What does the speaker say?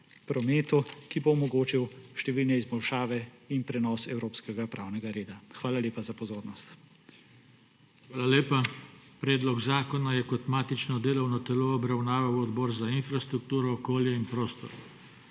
prometu, ki bo omogočil številne izboljšave in prenos evropskega pravnega reda. Hvala lepa za pozornost. **PODPREDSEDNIK JOŽE TANKO:** Hvala lepa. Predlog zakona je kot matično delovno telo obravnaval Odbor za infrastrukturo, okolje in prostor.